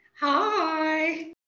Hi